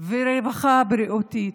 ורווחה בריאותית.